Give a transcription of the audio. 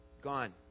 gone